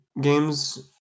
games